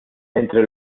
entre